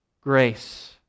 grace